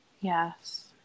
Yes